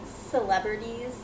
celebrities